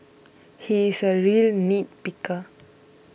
he is a real nitpicker